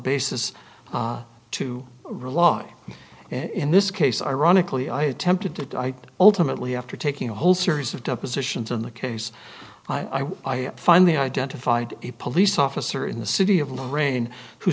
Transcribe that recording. basis to rely in this case ironically i attempted to i ultimately after taking a whole series of depositions in the case i was i finally identified a police officer in the city of lorraine who